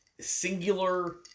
singular